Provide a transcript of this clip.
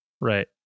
Right